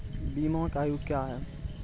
बीमा के आयु क्या हैं?